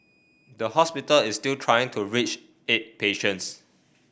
the hospital is still trying to reach eight patients